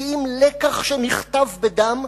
כי אם לקח שנכתב בדם,